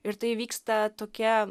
ir tai vyksta tokia